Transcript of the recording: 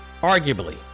Arguably